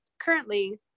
currently